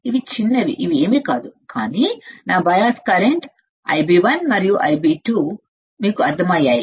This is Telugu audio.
ఇవి చిన్నవి ఇవి ఏమీ కాదు కానీ నా బయాస్ కరెంట్స్ Ib1 మరియు Ib2 మీకు అర్థమయ్యాయి